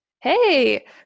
hey